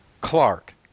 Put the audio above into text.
Clark